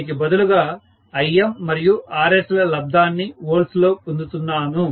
దానికి బదులుగా Im మరియు Rs ల లబ్దాన్ని వోల్ట్స్ లో పొందుతున్నాను